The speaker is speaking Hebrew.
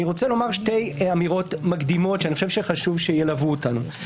אני רוצה לומר שתי אמירות מקדימות שאני חושב שחשוב שילוו אותנו.